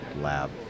lab